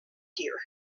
here